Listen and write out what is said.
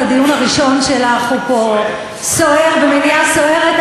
הדיון הראשון שלך פה הוא סוער במליאה סוערת.